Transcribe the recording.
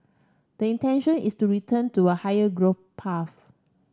the intention is to return to a higher growth path